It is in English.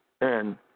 and-